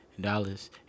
Dollars